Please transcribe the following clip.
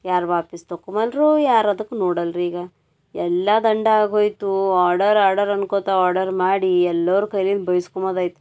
ಯಾರು ವಾಪಸ್ ತೊಗೊಂಬಲ್ರು ಯಾರು ಅದಕ್ಕೆ ನೋಡಲ್ರೀಗ ಎಲ್ಲ ದಂಡ ಆಗೋಯಿತು ಆರ್ಡರ್ ಆರ್ಡರ್ ಅನ್ಕೊತ ಆರ್ಡರ್ ಮಾಡಿ ಎಲ್ಲರ ಕೈಯ್ಲಿಂದ ಬೈಸ್ಕೊಮದಾಯ್ತು